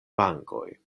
vangoj